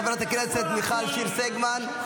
חברת הכנסת מיכל שיר סגמן,